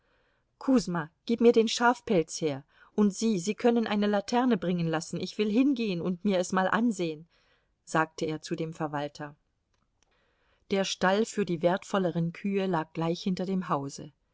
gib mir den schafpelz her und sie sie können eine laterne bringen lassen ich will hingehen und mir es mal ansehen sagte er zu dem verwalter der stall für die wertvolleren kühe lag gleich hinter dem hause